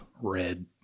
red